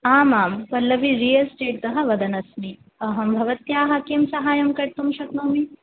आम् आं Pallavi real estate तः वदन् अस्मि अहं भवत्याः किं साहाय्यं कर्तुं शक्नोमि